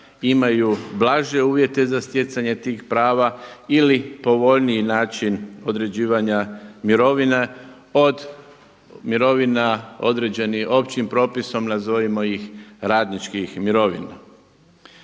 imaju blaže uvjete za stjecanje tih prava ili povoljniji način određivanja mirovina od mirovina određenih općim propisom, nazovimo iz radničkih mirovina.